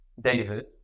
David